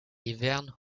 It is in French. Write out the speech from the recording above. hiverne